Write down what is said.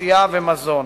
שתייה ומזון.